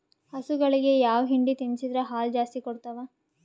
ಹಸುಗಳಿಗೆ ಯಾವ ಹಿಂಡಿ ತಿನ್ಸಿದರ ಹಾಲು ಜಾಸ್ತಿ ಕೊಡತಾವಾ?